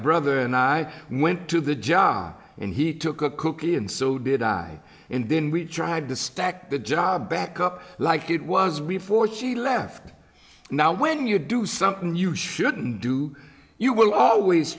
brother and i went to the job and he took a cookie and so did i and then we tried to stack the job back up like it was before she left now when you do something you shouldn't do you will always